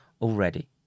already